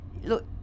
look